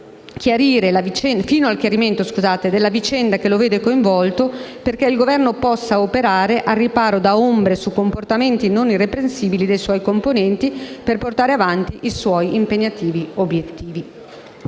fino al chiarimento della vicenda che lo vede coinvolto, perché il Governo possa operare al riparo da ombre su comportamenti non irreprensibili dei suoi componenti per portare avanti i suoi impegnativi obiettivi.